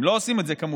הם לא עושים את זה כמובן